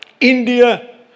India